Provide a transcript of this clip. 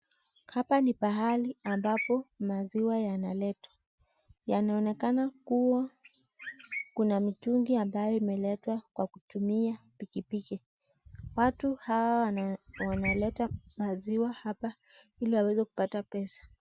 Hapa ni pahali ambapo maziwa yanaletwa yanaonekana kuwa kuna mitungi ambayo imeletwa kwa kutumia pikipiki . Watu hawa wanaleta maziwa hapa ili waweze kupata pesa .